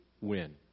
win